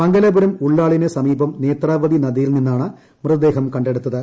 മംഗാലപുരം ഉള്ളാളിന് സമീപം നേത്രാവതി നദിയിൽ നിന്നാണ് മൃതദേഹം കണ്ടെടുത്തത്